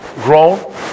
grown